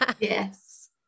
Yes